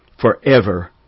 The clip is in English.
forever